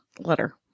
letter